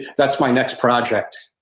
that's my next project,